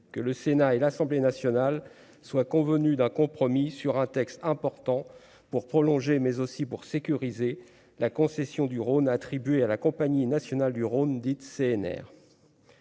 que le Sénat et l'Assemblée nationale soit convenu d'un compromis sur un texte important pour prolonger, mais aussi pour sécuriser la concession du Rhône, attribué à la Compagnie nationale du Rhône, dite CNR.